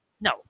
No